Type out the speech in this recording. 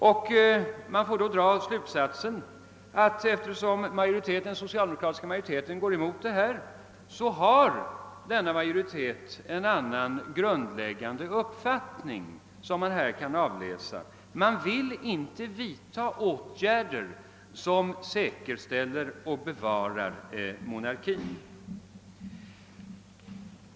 Man kan då dra den slutsatsen, att eftersom den socialdemokratiska majoriteten går emot detta, har denna majoritet en annan grundläggande uppfattning, som alltså här kan avläsas i att den inte vill vidta åtgärder som säkerställer och bevarar monarkin.